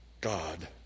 God